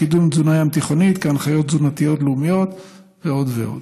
קידום תזונה ים-תיכונית כהנחיות תזונתיות לאומיות ועוד ועוד.